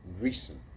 recent